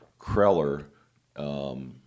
Kreller